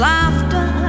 Laughter